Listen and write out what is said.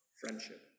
friendship